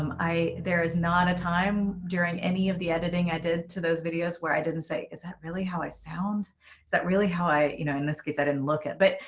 um i. there is not a time during any of the editing i did to those videos where i didn't say. is that really how i sound? is that really how i you know in this case, i didn't look at it. but